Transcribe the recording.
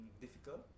difficult